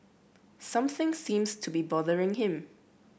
something seems to be bothering him